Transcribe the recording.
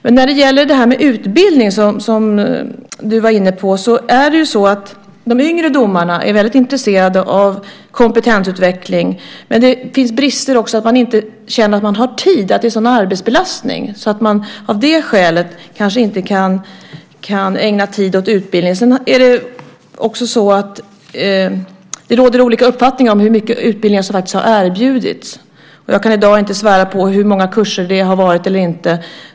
Men när det gäller utbildning, som du var inne på, är de yngre domarna väldigt intresserade av kompetensutveckling. Men det finns brister också. Man känner att man inte har tid. Man har en sådan arbetsbelastning att man av det skälet kanske inte kan ägna tid åt utbildning. Det råder också olika uppfattningar om hur mycket utbildning som faktiskt har erbjudits. Och jag kan i dag inte svära på hur många kurser som det har varit.